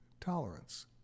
tolerance